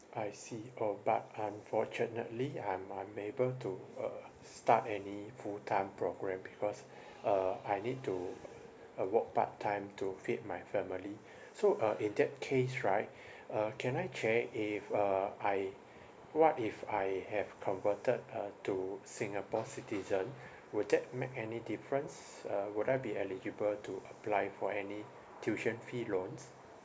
I see orh but unfortunately I'm unable to uh start any full time programme because uh I need to uh work part time to feed my family so uh in that case right uh can I check if uh I what if I have converted uh to singapore citizen would that make any difference uh would I be eligible to apply for any tuition fee loans